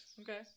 Okay